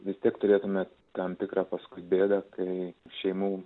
ne tik turėtumėte tam tikrą paskui bėda kai šeimų